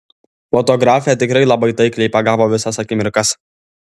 fotografė tikrai labai taikliai pagavo visas akimirkas